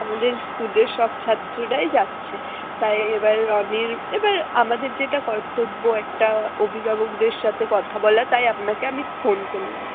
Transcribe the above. আমাদের স্কুলের সব ছাত্ররাই যাচ্ছে তাই এবার রনির এবার আমাদের যেটা কর্তব্য একটা অভিভাবকদের সাথে কথা বলা তাই আপনাকে আমি ফোন করলাম